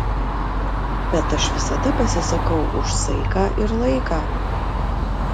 bet aš visada pasisakau už saiką ir laiką